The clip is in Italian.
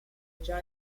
già